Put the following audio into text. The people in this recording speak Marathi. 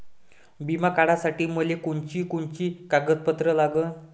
बिमा काढासाठी मले कोनची कोनची कागदपत्र लागन?